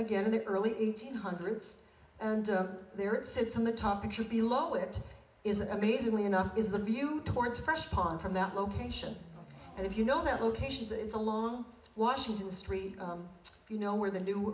again in the early eighty's hundreds and there it sits on the topic should be low it is amazingly enough is the view towards a fresh pond from that location and if you know that locations it's along washington street you know where the new